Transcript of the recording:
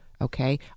okay